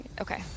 Okay